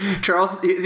Charles